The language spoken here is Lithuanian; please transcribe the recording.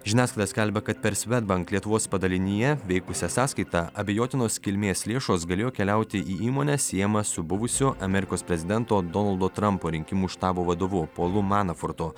žiniasklaida skelbia kad per svedbank lietuvos padalinyje veikusią sąskaitą abejotinos kilmės lėšos galėjo keliauti į įmonę siejamą su buvusiu amerikos prezidento donaldo trampo rinkimų štabo vadovu polu manafortu